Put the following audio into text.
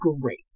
great